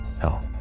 Hell